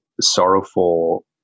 sorrowful